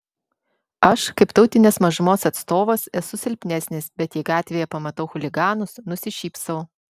aš kaip tautinės mažumos atstovas esu silpnesnis bet jei gatvėje pamatau chuliganus nusišypsau